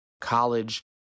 college